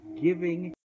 giving